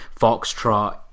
Foxtrot